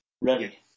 Ready